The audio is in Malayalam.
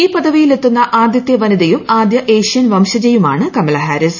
ഈ പദവിയിൽ എത്തുന്ന ആദ്യത്തെ വനിതയും ആദ്യ ഏഷ്യൻ വംശജയുമാണ് കമല ഹാരിസ്